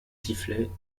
sifflait